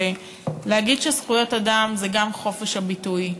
ולהגיד שזכויות אדם זה גם חופש הביטוי.